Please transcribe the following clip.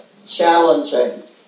challenging